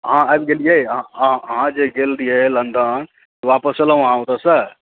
अहाँ आबि गेलियै अहाँ जेगल रहियै लन्दन वापस एलहुँ अहाँ ओतऽसँ